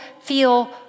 feel